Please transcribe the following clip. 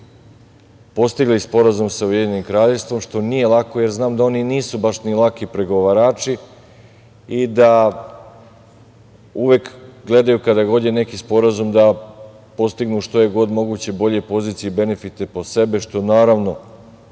postigli sporazum sa Ujedinjenim Kraljevstvom, što nije lako, jer znam da oni nisu baš ni laki pregovarači i da uvek gledaju kada god je neki sporazum da postignu što je god moguće bolje pozicije i benefite po sebe, što je, naravno,